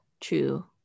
true